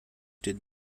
did